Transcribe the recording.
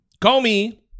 Comey